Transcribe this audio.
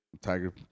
Tiger